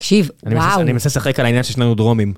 תקשיב, וואו. אני מנסה לשחק על העניין שיש לנו דרומים.